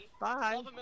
Bye